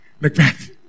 Macbeth